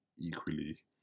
equally